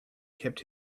kept